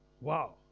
Wow